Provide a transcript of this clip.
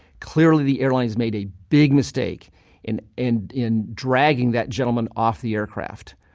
clearly the airline made a big mistake in and in dragging that gentleman off the aircraft.